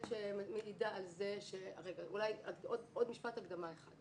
עוד משפט הקדמה אחד.